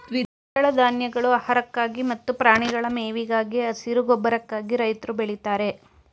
ದ್ವಿದಳ ಧಾನ್ಯಗಳು ಆಹಾರಕ್ಕಾಗಿ ಮತ್ತು ಪ್ರಾಣಿಗಳ ಮೇವಿಗಾಗಿ, ಹಸಿರು ಗೊಬ್ಬರಕ್ಕಾಗಿ ರೈತ್ರು ಬೆಳಿತಾರೆ